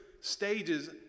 stages